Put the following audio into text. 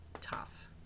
tough